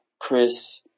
Chris